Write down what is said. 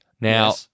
Now